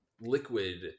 Liquid